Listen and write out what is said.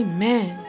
Amen